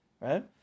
right